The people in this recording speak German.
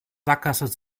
sackgasse